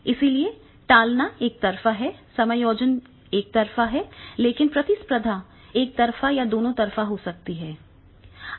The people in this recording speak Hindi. इसलिए टालना एकतरफा से है समायोजन एक तरफा है लेकिन प्रतिस्पर्धा एक तरफा या दोनों तरफा हो सकती है